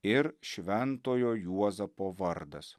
ir šventojo juozapo vardas